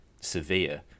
severe